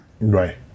Right